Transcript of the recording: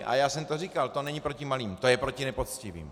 A já jsem to říkal, to není proti malým, to je proti nepoctivým.